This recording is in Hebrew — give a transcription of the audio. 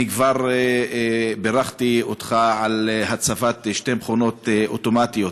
כבר בירכתי אותך על הצבת שתי מכונות אוטומטיות,